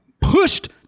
pushed